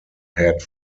had